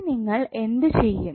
ഇനി നിങ്ങൾ എന്തു ചെയ്യും